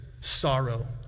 sorrow